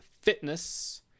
Fitness